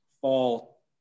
fall